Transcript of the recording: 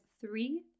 three